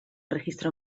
recinto